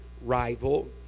rival